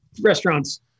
restaurants